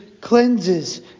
cleanses